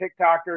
TikTokers